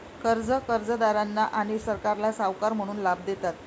कर्जे कर्जदारांना आणि सरकारला सावकार म्हणून लाभ देतात